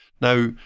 Now